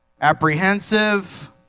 apprehensive